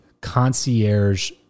concierge